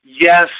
yes